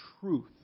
truth